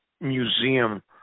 museum